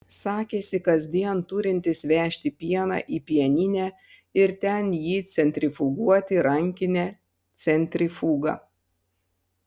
sakėsi kasdien turintis vežti pieną į pieninę ir ten jį centrifuguoti rankine centrifuga